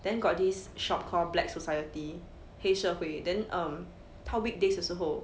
then got this shop called Black Society 黑社会 then um 它 weekdays 的时候